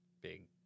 big